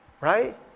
right